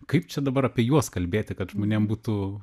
kaip čia dabar apie juos kalbėti kad žmonėm būtų